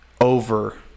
over